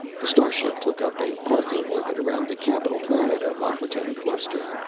the starship took up a parking orbit around the capital planet of acquataine cluster.